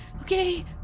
okay